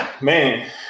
man